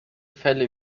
fälle